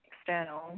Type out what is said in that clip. external